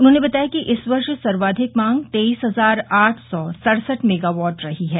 उन्होंने बताया कि इस वर्ष सर्वाधिक मांग तेइस हजार आठ सौ सड़सठ मेगावट रही है